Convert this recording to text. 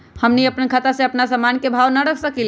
हमनी अपना से अपना सामन के भाव न रख सकींले?